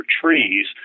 trees